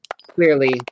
clearly